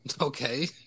Okay